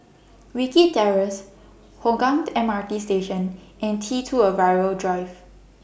Wilkie Terrace Hougang M R T Station and T two Arrival Drive